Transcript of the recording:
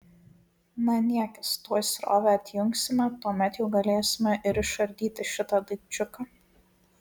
na niekis tuoj srovę atjungsime tuomet jau galėsime ir išardyti šitą daikčiuką